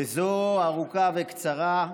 וזו ארוכה וקצרה.